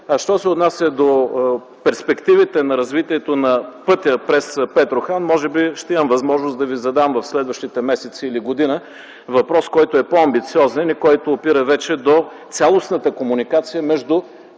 Що се отнася до перспективите на развитие на пътя през Петрохан, може би ще имам възможност да Ви задам през следващите месеци или година въпрос, който е по-амбициозен и който опира до цялостната комуникация между